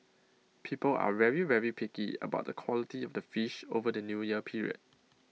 people are very very picky about the quality of the fish over the New Year period